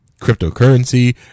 cryptocurrency